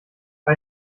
bei